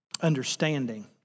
understanding